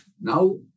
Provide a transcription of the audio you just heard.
now